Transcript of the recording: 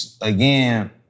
again